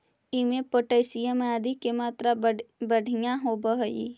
इमें पोटाशियम आदि के मात्रा बढ़िया होवऽ हई